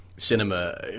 Cinema